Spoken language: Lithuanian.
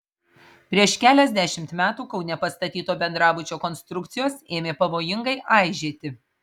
prieš keliasdešimt metų kaune pastatyto bendrabučio konstrukcijos ėmė pavojingai aižėti